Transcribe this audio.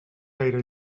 gaire